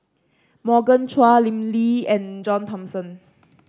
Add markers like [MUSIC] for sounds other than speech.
Morgan Chua Lim Lee and John Thomson [NOISE]